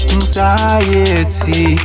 Anxiety